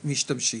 משתמשים.